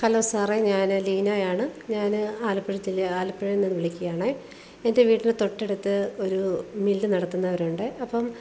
hello സാറെ ഞാൻ ലീനയാണ് ഞാൻ ആലപ്പുഴ ജില്ല ആലപ്പുഴെന്നാണ് വിളിക്കണത് എൻ്റെ വീടിൻ്റെ തൊട്ടടുത്ത് ഒരു മില്ല് നടത്തുന്നവരുണ്ടേ അപ്പം